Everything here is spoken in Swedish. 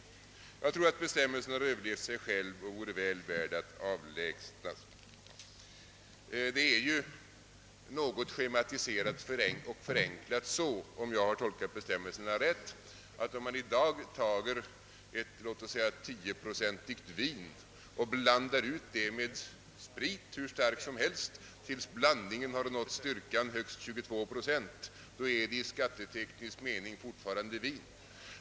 Jag tror att den bestämmelsen har överlevt sig själv och vore värd att avlägsnas. Något schematiskt och förenklat uttryckt, förhåller det sig så, såvida jag tolkat bestämmelserna rätt, att om man i dag tager ett låt oss säga tioprocentigt vin och blandar det med sprit, hur stark som helst, tills blandningen nått högst styrkan 22 procent, så är blandningen i skatteteknisk mening fortfarande vin.